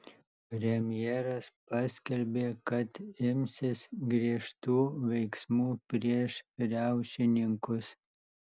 premjeras paskelbė kad imsis griežtų veiksmų prieš riaušininkus